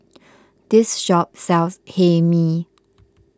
this shop sells Hae Mee